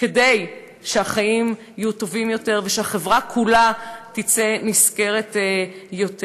כדי שהחיים יהיו טובים יותר וכדי שהחברה כולה תצא נשכרת יותר.